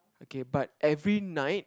okay but every night